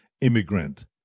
immigrant